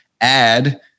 add